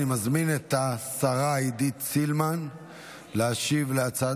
אני מזמין את השרה עידית סילמן להשיב על הצעת